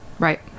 Right